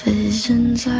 Visions